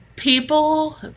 People